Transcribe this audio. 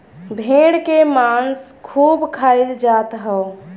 भेड़ के मांस खूब खाईल जात हव